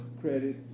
Credit